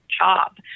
job